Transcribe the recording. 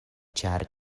ĉar